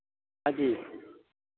हाँ जी